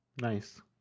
Nice